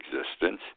existence